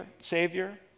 savior